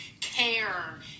care